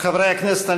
חברי הכנסת,